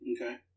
Okay